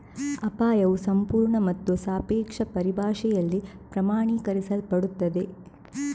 ಅಪಾಯವು ಸಂಪೂರ್ಣ ಮತ್ತು ಸಾಪೇಕ್ಷ ಪರಿಭಾಷೆಯಲ್ಲಿ ಪ್ರಮಾಣೀಕರಿಸಲ್ಪಡುತ್ತದೆ